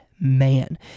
man